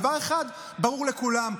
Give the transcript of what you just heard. דבר אחד ברור לכולם,